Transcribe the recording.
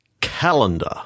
Calendar